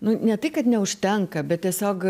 nu ne tai kad neužtenka bet tiesiog